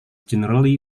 generally